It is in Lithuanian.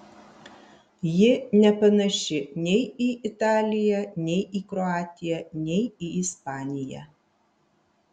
ji nepanaši nei į italiją nei į kroatiją nei į ispaniją